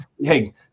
Hey